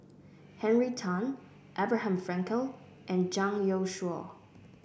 Henry Tan Abraham Frankel and Zhang Youshuo